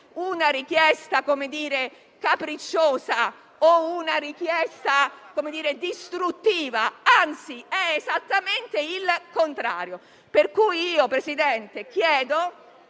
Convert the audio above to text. una richiesta capricciosa o distruttiva, anzi è esattamente il contrario.